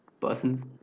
persons